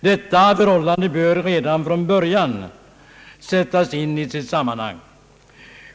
Detta förhållande bör redan från början sättas in i sitt sammanhang.